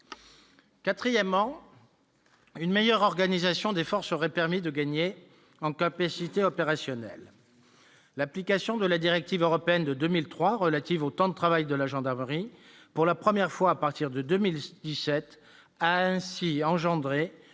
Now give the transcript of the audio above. quatrièmement une meilleure organisation des forces auraient permis de gagner en capacité opérationnelle, l'application de la directive européenne de 2003 relative au temps de travail, de la gendarmerie pour la première fois à partir de 2017 a ainsi engendré